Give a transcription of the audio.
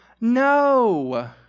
No